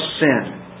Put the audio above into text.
sin